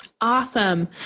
Awesome